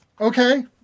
Okay